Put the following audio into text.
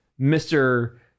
Mr